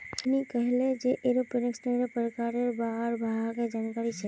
मोहिनी कहले जे एरोपोनिक्सेर प्रकारेर बार वहाक जानकारी छेक